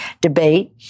debate